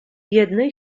jednej